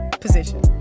position